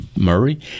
Murray